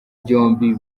byombi